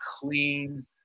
clean